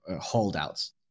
holdouts